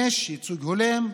ייצוג הולם: